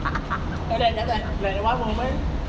oh that that's why like one moment